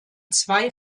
zwei